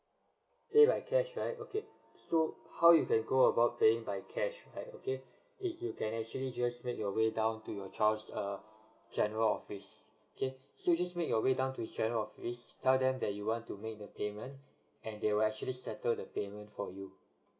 pay by cash right okay so how you can go about paying by cash right okay is you can actually just make your way down to your child's err general office okay so just make your way down to general office tell them that you want to make the payment and they will actually settle the payment for you